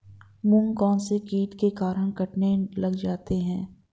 मूंग कौनसे कीट के कारण कटने लग जाते हैं?